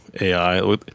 AI